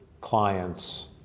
clients